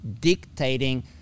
dictating